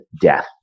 death